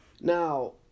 Now